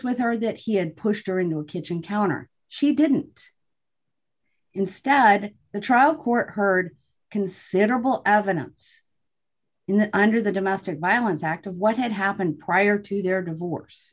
with her that he had pushed her into a kitchen counter she didn't instead the trial court heard considerable evidence in the under the domestic violence act of what had happened prior to their divorce